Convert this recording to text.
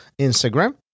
Instagram